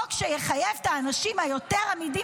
חוק שיחייב את האנשים היותר-אמידים